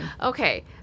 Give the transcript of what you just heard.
okay